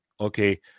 Okay